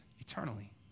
eternally